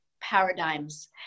paradigms